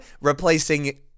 replacing